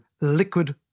liquid